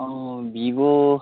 Vivo